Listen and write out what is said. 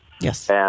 Yes